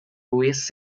julius